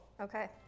Okay